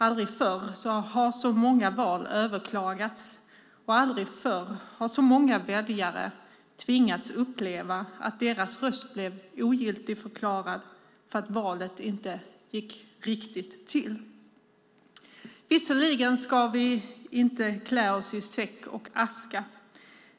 Aldrig förr har så många val överklagats, och aldrig förr har så många väljare tvingats uppleva att deras röst blev ogiltigförklarad för att valet inte gick riktigt till. Men vi ska inte klä oss i säck och aska.